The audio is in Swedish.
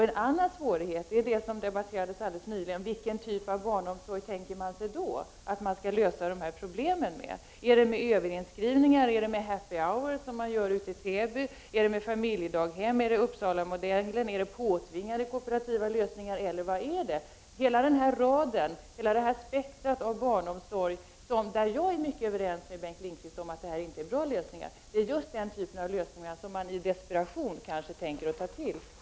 En annan svårighet är det som debatterades alldeles nyss: Vilken typ av barnomsorg tänker man sig i så fall att man skall lösa problemen med? Är det med överinskrivningar, är det med happy hour, som man gör i Täby, är det med familjedaghem, är det med Uppsalamodellen, är det påtvingade kooperativa lösningar eller vad är det? Jag är helt överens med Bengt Lindqvist om att det inte är bra lösningar. Det är just den typen av lösningar som man i desperation kanske tänker ta till.